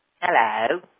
Hello